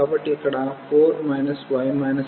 కాబట్టి ఇక్కడ 4 y 1 ఇది 0 నుండి 3